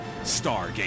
Stargate